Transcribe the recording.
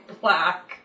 black